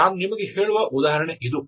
ಆದ್ದರಿಂದ ನಾನು ನಿಮಗೆ ಹೇಳುವ ಉದಾಹರಣೆ ಇದು